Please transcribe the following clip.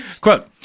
Quote